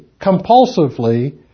compulsively